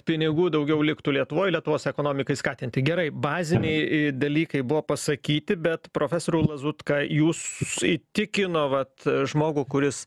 pinigų daugiau liktų lietuvoj lietuvos ekonomikai skatinti gerai baziniai dalykai buvo pasakyti bet profesoriau lazutka jus įtikino vat žmogų kuris